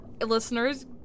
listeners